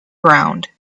ground